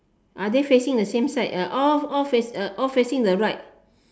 are they facing the same side uh all all face the all facing the right